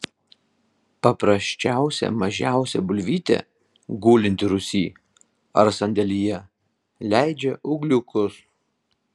paprasčiausia mažiausia bulvytė gulinti rūsy ar sandėlyje leidžia ūgliukus